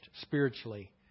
spiritually